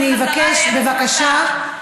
אני תומכת בלהחזיר את המסתננים חזרה לארץ מוצאם.